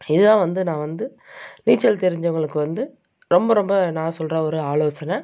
இதுதான் வந்து நான் வந்து நீச்சல் தெரிஞ்சவர்களுக்கு வந்து ரொம்ப ரொம்ப நான் சொல்கிற ஒரு ஆலோசனை